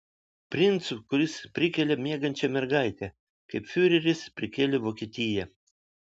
princu kuris prikelia miegančią mergaitę kaip fiureris prikėlė vokietiją